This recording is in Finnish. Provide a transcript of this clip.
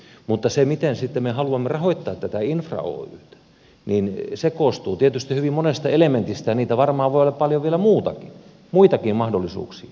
mutta se miten me sitten haluamme rahoittaa tätä infra oytä koostuu tietysti hyvin monesta elementistä ja niitä varmaan voi olla vielä monia muitakin mahdollisuuksia